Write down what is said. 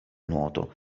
nuoto